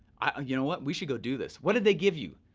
you know what, we should go do this. what did they give you?